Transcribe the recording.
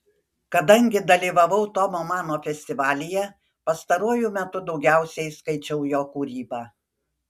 kadangi dalyvavau tomo mano festivalyje pastaruoju metu daugiausiai skaičiau jo kūrybą